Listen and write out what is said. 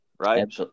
right